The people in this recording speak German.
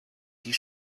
die